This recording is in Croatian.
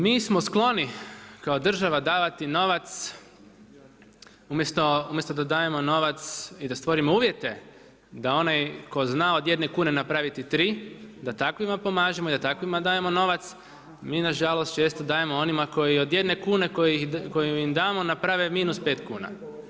Mi smo skloni kao država davati novac, umjesto da dajemo novac i da stvorimo uvjete da onaj tko zna od jedne kune napraviti tri da takvima pomažemo i da takvima dajemo novac, mi na žalost često dajemo onima koji od jedne kune koju im damo naprave minus pet kuna.